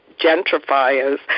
gentrifiers